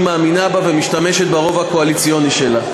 מאמינה בו ומשתמשת ברוב הקואליציוני שלה.